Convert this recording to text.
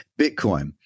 Bitcoin